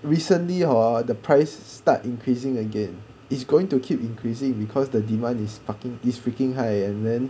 recently hor the price start increasing again it's going to keep increasing because the demand is fucking is freaking high and then